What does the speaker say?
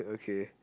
okay